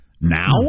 now